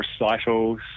Recitals